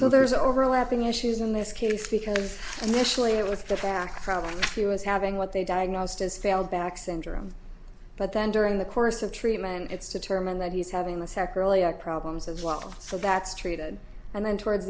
so there's overlapping issues in this case because nationally it was the fact problem he was having what they diagnosed as failed back syndrome but then during the course of treatment it's determined that he's having the sacroiliac problems as well so that's treated and then towards